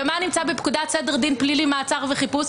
ומה נמצא בפקודת סדר הדין הפלילי (מעצר וחיפוש),